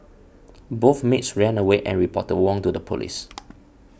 both maids ran away and reported Wong to the police